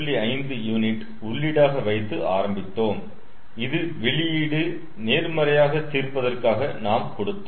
5 unit உள்ளீடாக வைத்து ஆரம்பித்தோம் இது வெளியீடு நேர்மறையாக தீர்ப்பதற்காக நாம் கொடுத்தோம்